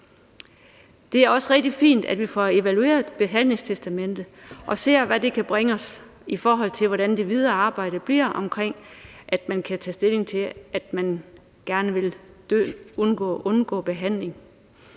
Det er også rigtig fint, at vi får evalueret behandlingstestamentet og får set på, hvad det kan bringe os, i forhold til hvordan det videre arbejde skal forløbe, med hensyn til at man kan tage stilling til, at man gerne vil undgå behandling